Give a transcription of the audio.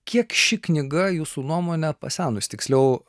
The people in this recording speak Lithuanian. kiek ši knyga jūsų nuomone pasenus tiksliau